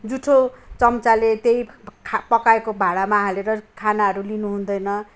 जुठो चम्चाले त्यही खा पकाएको भाँडामा हालेर खानाहरू लिनु हुँदैन